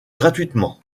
gratuitement